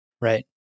Right